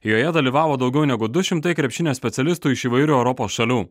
joje dalyvavo daugiau negu du šimtai krepšinio specialistų iš įvairių europos šalių